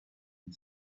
and